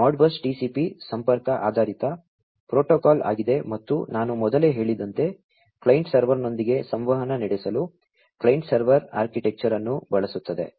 Modbus TCP ಸಂಪರ್ಕ ಆಧಾರಿತ protocol ಆಗಿದೆ ಮತ್ತು ನಾನು ಮೊದಲೇ ಹೇಳಿದಂತೆ ಕ್ಲೈಂಟ್ ಸರ್ವರ್ನೊಂದಿಗೆ ಸಂವಹನ ನಡೆಸಲು ಕ್ಲೈಂಟ್ ಸರ್ವರ್ ಆರ್ಕಿಟೆಕ್ಚರ್ ಅನ್ನು ಬಳಸುತ್ತದೆ